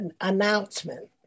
announcement